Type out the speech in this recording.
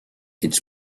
its